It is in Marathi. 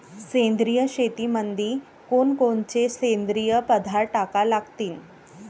सेंद्रिय शेतीमंदी कोनकोनचे सेंद्रिय पदार्थ टाका लागतीन?